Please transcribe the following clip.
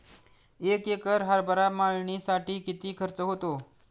एक एकर हरभरा मळणीसाठी किती खर्च होतो?